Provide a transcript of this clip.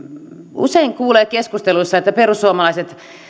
usein kuulee keskusteluissa että perussuomalaiset